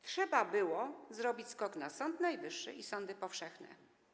Trzeba było zrobić skok na Sąd Najwyższy i sądy powszechne.